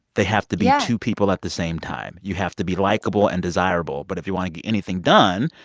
they have to. yeah. be ah two people at the same time. you have to be likeable and desirable. but if you want to get anything done,